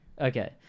Okay